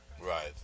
right